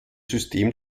system